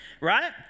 right